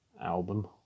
album